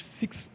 six